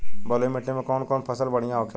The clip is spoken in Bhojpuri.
बलुई मिट्टी में कौन कौन फसल बढ़ियां होखेला?